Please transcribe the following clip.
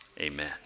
amen